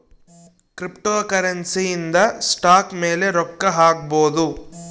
cryptocurrency ಇಂದ stock ಮೇಲೆ ರೊಕ್ಕ ಹಾಕ್ಬೊದು